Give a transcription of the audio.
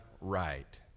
right